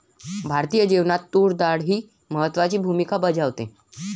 भारतीय जेवणात तूर डाळ ही महत्त्वाची भूमिका बजावते